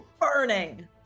Burning